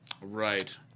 Right